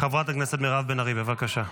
חברת הכנסת מירב בן ארי, בבקשה.